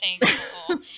thankful